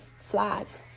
flags